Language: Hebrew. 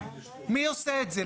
מי עושה את זה?